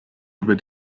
über